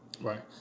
Right